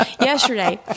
Yesterday